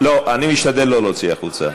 תוציא אותם החוצה.